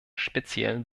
speziellen